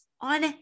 on